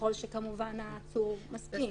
ככל כמובן שהעצור מסכים.